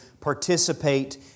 participate